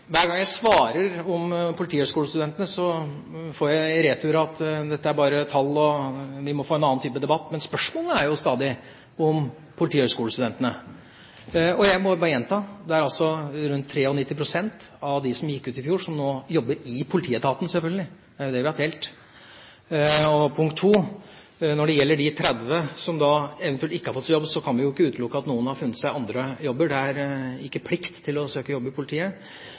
Hver gang jeg svarer noe om politihøgskolestudentene, får jeg i retur at dette er bare tall, og vi må få en annen type debatt, men spørsmålet er jo stadig om politihøgskolestudentene. Jeg må bare gjenta: Rundt 93 pst. av dem som gikk ut i fjor, jobber i politietaten, selvfølgelig, det er jo det vi har telt. Og punkt 2: Når det gjelder de 30 som da eventuelt ikke har fått seg jobb, kan vi ikke utelukke at noen har funnet seg andre jobber. Det er ikke plikt til å søke jobb i politiet.